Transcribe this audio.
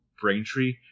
Braintree